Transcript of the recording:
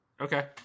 Okay